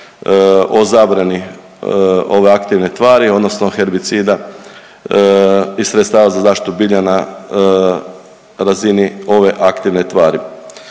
o zabrani ove aktivne tvari odnosno herbicida i sredstava za zaštitu bilja na razini ove aktivne tvari.